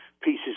pieces